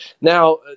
Now